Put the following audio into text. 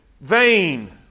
vain